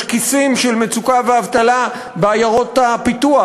יש כיסים של מצוקה ואבטלה בעיירות הפיתוח,